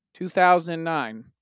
2009